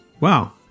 Wow